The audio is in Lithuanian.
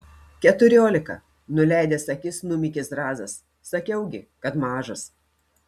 keturiolika nuleidęs akis numykė zrazas sakiau gi kad mažas